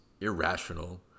irrational